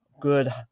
good